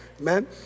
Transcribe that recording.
Amen